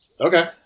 Okay